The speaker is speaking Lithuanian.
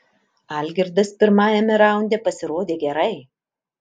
algirdas pirmajame raunde pasirodė gerai